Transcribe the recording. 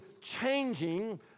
changing